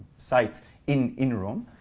site in in rome.